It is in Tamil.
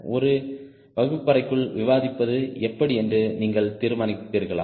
ஒரு வகுப்பறைக்குள் விவாதிப்பது எப்படி என்று நீங்கள் தீர்மானித்திர்களா